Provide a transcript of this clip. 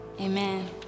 Amen